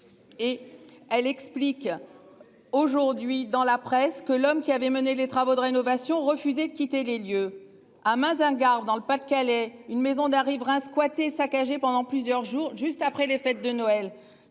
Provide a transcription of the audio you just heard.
Et elle explique. Aujourd'hui dans la presse que l'homme qui avait mené les travaux de rénovation refusé de quitter les lieux à Mazingarbe dans le Pas-de-Calais, une maison d'un riverain squattée saccagée pendant plusieurs jours juste après les fêtes de Noël.